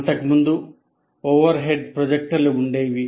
అంతకుముందు overhead ప్రొజెక్టర్లు ఉండేవి